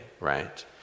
right